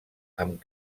amb